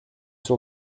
sur